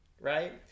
right